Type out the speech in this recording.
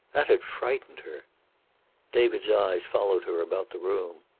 that had frightened her david's eyes followed her about the room.